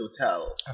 hotel